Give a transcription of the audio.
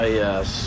yes